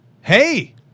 Hey